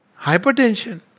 Hypertension